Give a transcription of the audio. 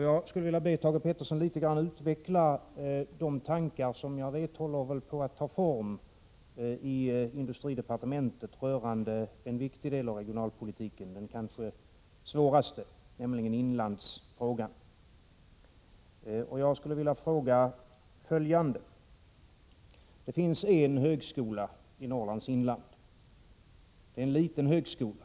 Jag skulle vilja be Thage G. Peterson något litet utveckla de tankar som jag vet håller på att ta form i industridepartementet rörande en viktig del av regionalpolitiken och den kanske svåraste, nämligen inlandsfrågan. Jag vill fråga följande. Det finns en högskola i Norrlands inland. Det är en liten högskola.